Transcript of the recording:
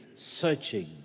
Searching